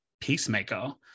Peacemaker